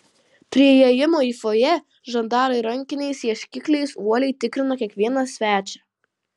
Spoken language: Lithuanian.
prie įėjimo į fojė žandarai rankiniais ieškikliais uoliai tikrino kiekvieną svečią